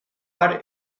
har